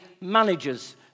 managers